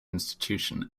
institution